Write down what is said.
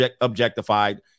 objectified